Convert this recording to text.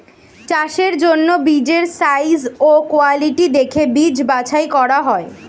চাষের জন্য বীজের সাইজ ও কোয়ালিটি দেখে বীজ বাছাই করা হয়